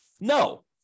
no